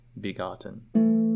begotten